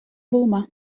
булма